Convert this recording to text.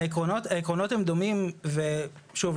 העקרונות הם דומים ושוב,